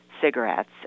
cigarettes